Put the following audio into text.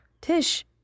Tish